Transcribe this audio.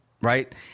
Right